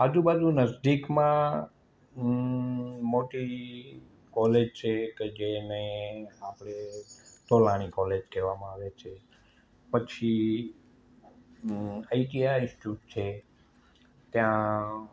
આજુબાજુ નજીકમાં મોટી કૉલેજ છે કે જેને આપણે તોલાણી કૉલેજ કહેવામાં આવે છે પછી આઇ ટી આઇ ઇન્સ્ટિટ્યૂટ છે ત્યાં